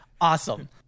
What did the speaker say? awesome